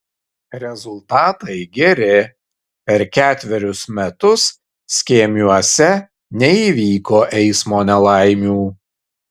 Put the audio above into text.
rezultatai geri per ketverius metus skėmiuose neįvyko eismo nelaimių